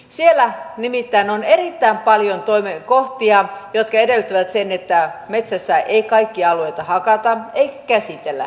siellä nimittäin on erittäin paljon kohtia jotka edellyttävät että metsässä ei kaikkia alueita hakata eikä käsitellä